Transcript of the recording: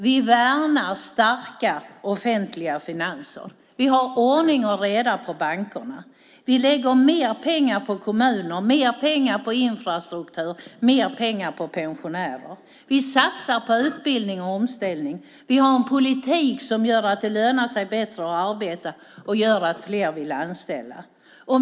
Vi värnar starka offentliga finanser. Vi har ordning och reda på bankerna. Vi lägger mer pengar på kommuner, mer pengar på infrastruktur och mer pengar på pensionärer. Vi satsar på utbildning och omställning. Vi har en politik som gör att det lönar sig bättre att arbeta och som gör att fler vill anställa.